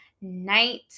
night